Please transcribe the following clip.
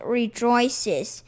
rejoices